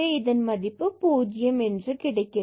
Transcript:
இதன் மதிப்பு 0 கிடைக்கிறது